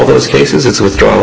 those cases it's withdraw